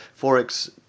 Forex